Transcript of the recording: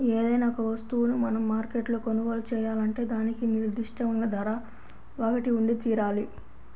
ఏదైనా ఒక వస్తువును మనం మార్కెట్లో కొనుగోలు చేయాలంటే దానికి నిర్దిష్టమైన ధర ఒకటి ఉండితీరాలి